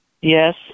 Yes